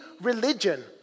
religion